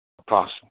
Apostle